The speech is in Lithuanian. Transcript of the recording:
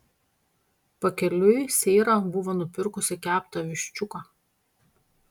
pakeliui seira buvo nupirkusi keptą viščiuką